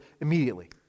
immediately